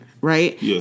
Right